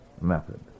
method